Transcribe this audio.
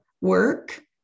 work